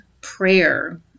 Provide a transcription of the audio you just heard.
prayer